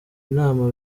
inama